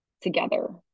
together